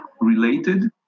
related